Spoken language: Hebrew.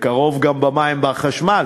בקרוב גם במים ובחשמל,